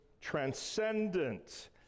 transcendent